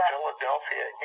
Philadelphia